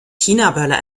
chinaböller